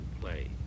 play